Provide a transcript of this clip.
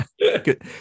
Good